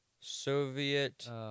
Soviet